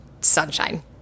sunshine